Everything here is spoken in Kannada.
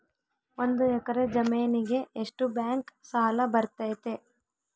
ಒಂದು ಎಕರೆ ಜಮೇನಿಗೆ ಎಷ್ಟು ಬ್ಯಾಂಕ್ ಸಾಲ ಬರ್ತೈತೆ?